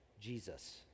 Jesus